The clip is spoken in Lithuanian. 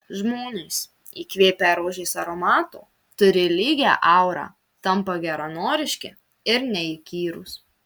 žmonės įkvėpę rožės aromato turi lygią aurą tampa geranoriški ir neįkyrūs